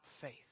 faith